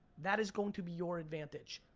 that is going to be your advantage.